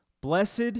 Blessed